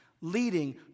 leading